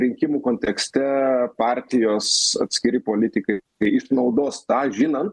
rinkimų kontekste partijos atskiri politikai jie išnaudos tą žinant